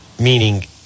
meaning